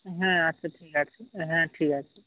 হ্যাঁ আচ্ছা ঠিক আছে হ্যাঁ ঠিক আছে